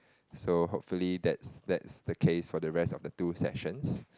so hopefully that's that's the case for the rest of the two sessions